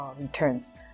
returns